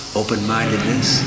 open-mindedness